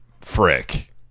Frick